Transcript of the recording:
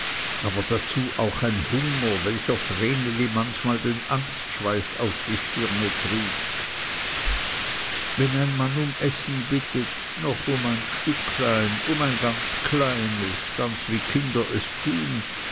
aber dazu auch ein hunger welcher vreneli manchmal den angstschweiß auf die stirne trieb wenn ein mann um essen bittet noch um ein stücklein um ein ganz kleines ganz wie kinder es tun